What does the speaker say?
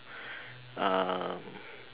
um